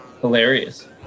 hilarious